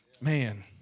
Man